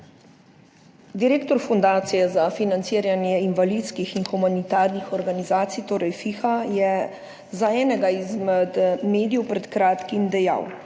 Direktor Fundacije za financiranje invalidskih in humanitarnih organizacij, FIHO, je za enega izmed medijev pred kratkim dejal,